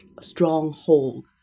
stronghold